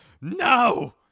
No